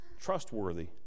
trustworthy